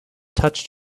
touched